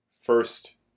first